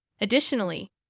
Additionally